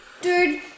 Dude